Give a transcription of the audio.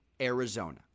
Arizona